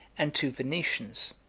and two venetians,